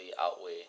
outweigh